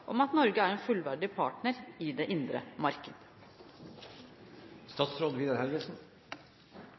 om at Norge er en fullverdig partner i det indre marked?»